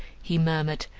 he murmured,